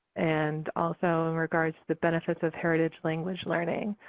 and also, in regards to the benefits of heritage language learning.